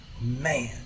man